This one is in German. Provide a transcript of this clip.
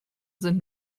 sind